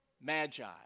magi